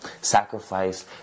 Sacrifice